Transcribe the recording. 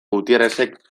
gutierrezek